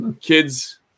kids